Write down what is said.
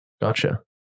Gotcha